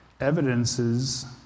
evidences